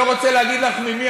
לא רוצה להגיד לך ממי,